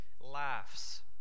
laughs